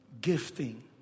Gifting